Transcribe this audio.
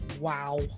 Wow